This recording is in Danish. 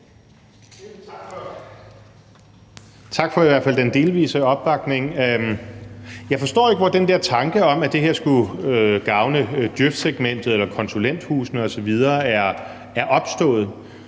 Tak for i hvert fald den delvise opbakning. Jeg forstår ikke, hvor den der tanke om, at det her skulle gavne djøfsegmentet, konsulenthusene osv., er opstået.